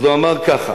הוא אמר אז ככה: